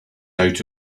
out